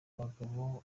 abagabo